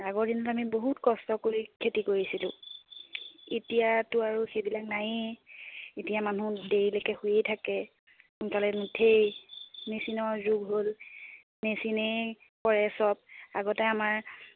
আগৰ দিনবোৰ অমি বহুত কষ্ট কৰি খেতি কৰিছিলোঁ এতিয়াতো আৰু সেইবিলাক নায়েই এতিয়া মানুহ দেৰিলৈকে শুয়েই থাকে সোনকালে নুঠেই মেচিনৰ যুগ হ'ল মেচিনেই কৰে চব আগতে আমাৰ